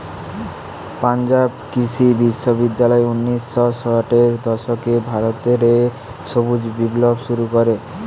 পাঞ্জাব কৃষি বিশ্ববিদ্যালয় উনিশ শ ষাটের দশকে ভারত রে সবুজ বিপ্লব শুরু করে